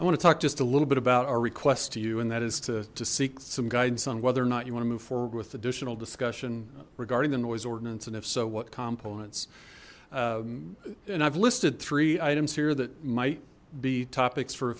i want to talk just a little bit about our request to you and that is to seek some guidance on whether or not you want to move forward with additional discussion regarding the noise ordinance and if so what components and i've listed three items here that might be topics for a